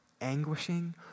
anguishing